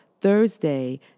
Thursday